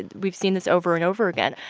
and we've seen this over and over again.